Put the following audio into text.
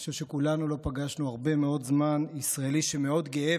אני חושב שכולנו לא פגשנו הרבה מאוד זמן ישראלי שמאוד גאה,